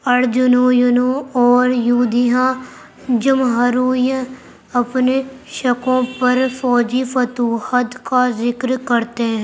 ارجناینوں اور یودھیا جمہوریہ اپنے شکوں پر فوجی فتوحت کا ذکر کرتے ہیں